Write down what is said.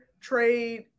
trade